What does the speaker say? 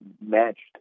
matched